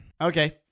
Okay